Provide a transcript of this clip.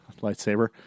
Lightsaber